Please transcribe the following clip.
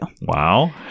Wow